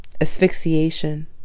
asphyxiation